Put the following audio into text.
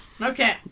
okay